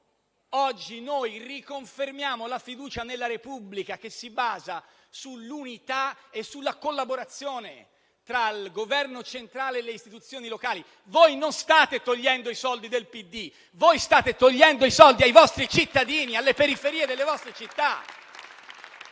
oggi noi riconfermiamo la fiducia nella Repubblica, che si basa sull'unità e sulla collaborazione tra il Governo centrale e le istituzioni locali. Voi non state togliendo i soldi al PD, voi state togliendo i soldi ai vostri cittadini e alle periferie delle vostre città.